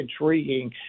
intriguing